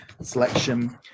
selection